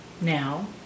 now